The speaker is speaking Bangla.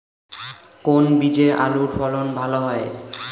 কোন বীজে আলুর ফলন ভালো হয়?